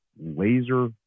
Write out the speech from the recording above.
laser